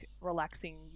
relaxing